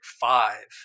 five